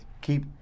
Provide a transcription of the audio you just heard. keep